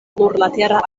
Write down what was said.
plurlatera